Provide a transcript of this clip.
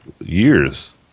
years